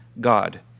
God